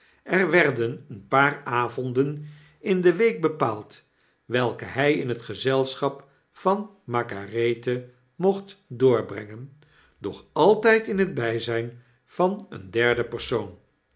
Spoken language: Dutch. er werden een paar avonden in de week bepaald welke hy in het gezelschap van margarethe mochtdoorbrengen doch altp in het byzp van een derden persoon